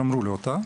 שמרו לי אותה.